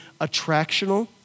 attractional